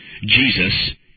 Jesus